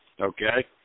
Okay